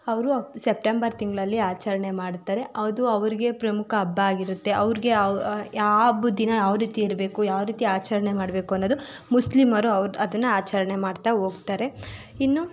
ಅವರು ಸೆಪ್ಟೆಂಬರ್ ತಿಂಗಳಲ್ಲಿ ಆಚರಣೆ ಮಾಡ್ತಾರೆ ಅದು ಅವ್ರಿಗೆ ಪ್ರಮುಖ ಹಬ್ಬ ಆಗಿರತ್ತೆ ಅವ್ರಿಗೆ ಯಾವ ಹಬ್ಬದ ದಿನ ಯಾವ ರೀತಿ ಇರಬೇಕು ಯಾವ ರೀತಿ ಆಚರಣೆ ಮಾಡಬೇಕು ಅನ್ನೋದು ಮುಸ್ಲೀಮರು ಅವರು ಅದನ್ನು ಆಚರಣೆ ಮಾಡ್ತಾ ಹೋಗ್ತಾರೆ ಇನ್ನು